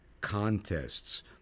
contests